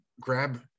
grab